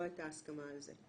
לא הייתה הסכמה על זה.